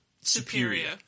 superior